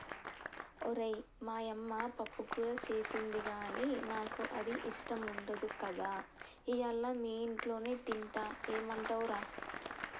ఓరై మా యమ్మ పప్పుకూర సేసింది గానీ నాకు అది ఇష్టం ఉండదు కదా ఇయ్యల మీ ఇంట్లోనే తింటా ఏమంటవ్ రా